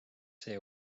see